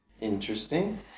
Interesting